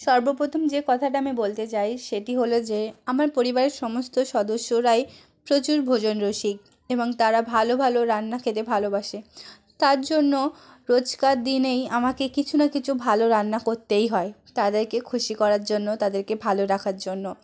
সর্ব প্রথম যে কথাটা আমি বলতে চাই সেটি হলো যে আমার পরিবারের সমস্ত সদস্যরাই প্রচুর ভোজন রসিক এবং তারা ভালো ভালো রান্না খেতে ভালোবাসে তার জন্য রোজকার দিনেই আমাকে কিছু না কিছু ভালো রান্না করতেই হয় তাদেরকে খুশি করার জন্য তাদেরকে ভালো রাখার জন্য